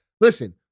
Listen